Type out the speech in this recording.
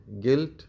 guilt